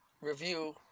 review